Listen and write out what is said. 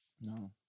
No